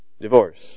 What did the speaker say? Divorce